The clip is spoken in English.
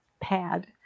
pad